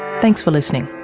thanks for listening